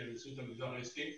כנשיאות המגזר העסקי,